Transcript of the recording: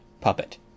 puppet